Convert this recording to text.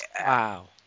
Wow